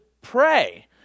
pray